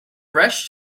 rush